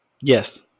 yes